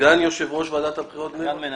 סגן מנהל ועדת הבחירות, בני ברק.